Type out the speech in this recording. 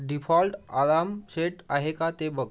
default alarm set आहे का ते बघ